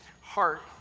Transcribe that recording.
heart